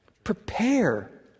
prepare